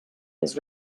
his